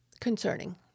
concerning